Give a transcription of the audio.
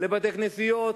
לבתי-כנסיות,